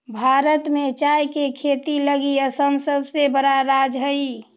भारत में चाय के खेती लगी असम सबसे बड़ा राज्य हइ